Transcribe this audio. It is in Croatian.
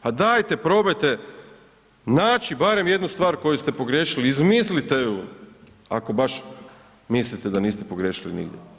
Pa dajte probajte naći barem jednu stvar koju ste pogriješili, izmislite ju ako baš mislite da niste pogriješili nigdje.